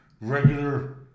regular